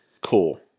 cool